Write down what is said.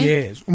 Yes